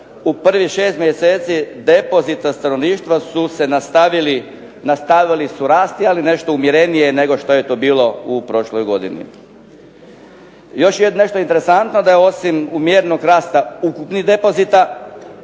u prvih 6 mjeseci depozita stanovništva su se nastavili rasti, ali nešto umjerenije nego što je to bilo u prošloj godini. Još je nešto interesantno, da osim umjerenog rasta ukupnih depozita,